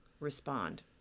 respond